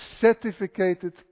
certificated